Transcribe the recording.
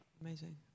Amazing